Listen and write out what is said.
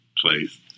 place